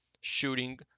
Shooting